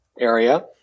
area